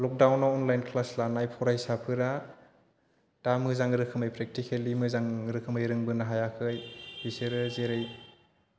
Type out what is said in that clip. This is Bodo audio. लकडाउनाव अनलाइन क्लास लानाय फरायसाफोरा दा मोजां रोखोमै प्रेक्टिकेलि मोजां रोखोमै रोंबोनो हायाखै बिसोरो जेरै